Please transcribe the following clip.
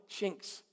chinks